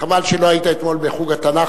חבל שלא היית אתמול בחוג לתנ"ך,